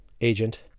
agent